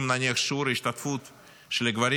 אם נניח שיעור ההשתתפות של הגברים